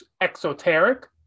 exoteric